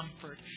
comfort